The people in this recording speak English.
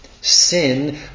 Sin